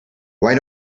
why